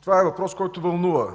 Това е въпрос, който вълнува